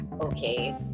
okay